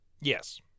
Yes